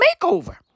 makeover